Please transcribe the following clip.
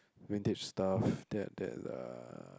vintage stuff that that uh